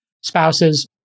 spouses